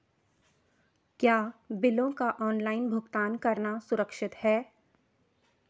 क्या बिलों का ऑनलाइन भुगतान करना सुरक्षित है?